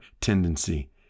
tendency